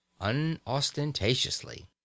unostentatiously